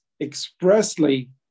expressly